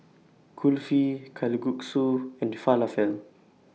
Kulfi Kalguksu and Falafel